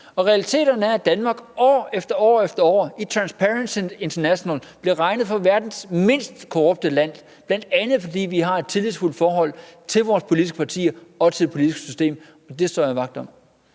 og realiteterne er, at Danmark år efter år i Transparency International bliver regnet for verdens mindst korrupte land, bl.a. fordi vi har et tillidsfuldt forhold til vores politiske partier og til det politiske system. Og det står jeg vagt om.